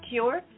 Cure